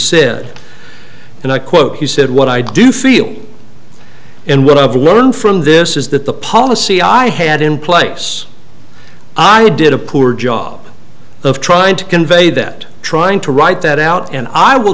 said and i quote he said what i do feel and what i've learned from this is that the policy i had in place i did a poor job of trying to convey that trying to write that out and i will